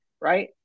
right